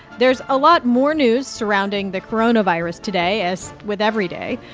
there's a lot more news surrounding the coronavirus today as with every day.